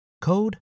code